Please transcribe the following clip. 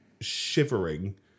shivering